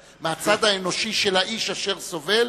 של האיש אשר סובל,